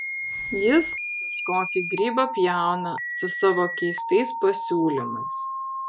jis kažkokį grybą pjauna su savo keistais pasiūlymais